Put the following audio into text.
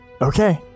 Okay